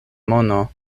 mono